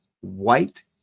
white